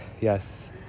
yes